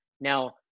Now